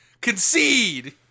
Concede